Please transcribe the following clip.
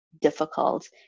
difficult